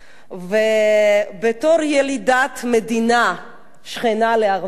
ובתור ילידת מדינה שכנה לארמניה,